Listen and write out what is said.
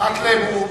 אורי מקלב.